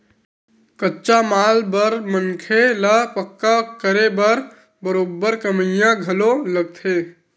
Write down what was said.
कच्चा माल बर मनखे ल पक्का करे बर बरोबर कमइया घलो लगथे